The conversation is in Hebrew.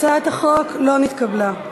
הצעת החוק לא נתקבלה.